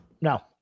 No